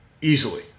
easily